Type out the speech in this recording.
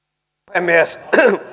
puhemies